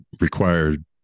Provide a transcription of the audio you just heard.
required